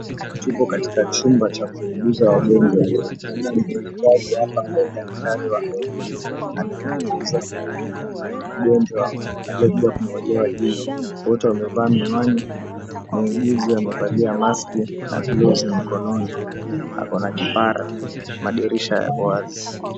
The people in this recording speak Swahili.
Tupo katika chumba cha kuuguza wagonjwa, naona muuguzaji hapa ambaye ni daktari wa meno anamuuguza mgonjwa aliyekuja kung'olewa jino. Wote wamevaa miwani, muuguzi amevalia maski na glovu mikononi. Ako na kipara, madirisha yako wazi.